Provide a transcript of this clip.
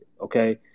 Okay